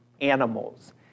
animals